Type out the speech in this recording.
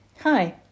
Hi